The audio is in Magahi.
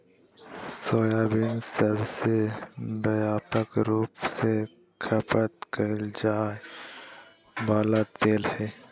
सोयाबीन सबसे व्यापक रूप से खपत कइल जा वला तेल हइ